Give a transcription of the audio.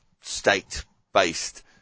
state-based